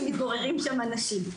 שמתגוררים שם אנשים.